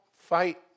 fight